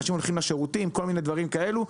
אנשים הולכים לשירותים כל מיני דברים כאלה.